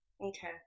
Okay